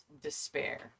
despair